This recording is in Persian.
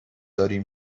داریم